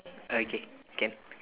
okay can